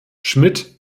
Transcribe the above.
schmidt